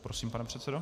Prosím, pane předsedo.